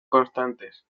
constantes